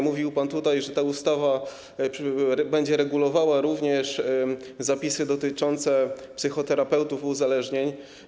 Mówił pan tutaj o tym, że ta ustawa będzie regulowała również zapisy dotyczące psychoterapeutów uzależnień.